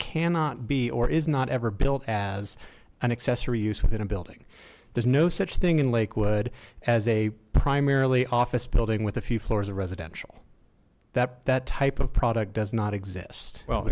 cannot be or is not ever built as an accessory use within a building there's no such thing in lakewood as a primarily office building with a few floors of residential that that type of product does not exist well